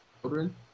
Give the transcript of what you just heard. children